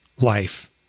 life